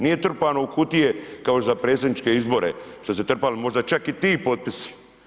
Nije trpano u kutije kao za predsjedničke izbore što se trpalo, možda čak i ti potpisi.